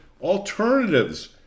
alternatives